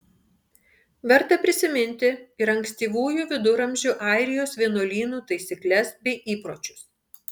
verta prisiminti ir ankstyvųjų viduramžių airijos vienuolynų taisykles bei įpročius